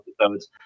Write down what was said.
episodes